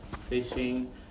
fishing